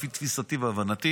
לפי תפיסתי והבנתי